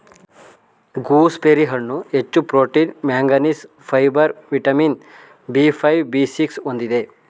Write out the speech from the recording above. gooseberry ಹಣ್ಣು ಹೆಚ್ಚು protein manganese, fibre vitamin B five, B six ಹೊಂದಿದೆ